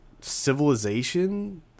civilization